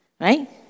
right